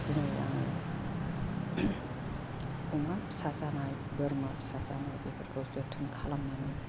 दिनै आङो अमा फिसा जानाय बोरमा फिसा जानाय बेफोरखौ जोथोन खालामनानै